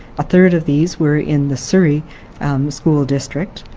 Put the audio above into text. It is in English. a third of these were in the surrey school district.